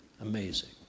Amazing